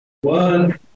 One